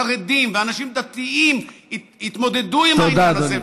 חרדים ואנשים דתיים התמודדו עם העניין הזה,